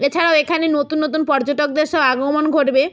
এছাড়াও এখানে নতুন নতুন পর্যটকদের সব আগমন ঘটবে